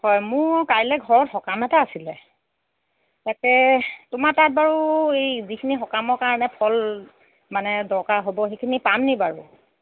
হয় মোৰ কাইলৈ ঘৰত সকাম এটা আছিলে তাকে তোমাৰ তাত বাৰু এই যিখিনি সকামৰ কাৰণে ফল মানে দৰকাৰ হ'ব সেইখিনি পাম নেকি বাৰু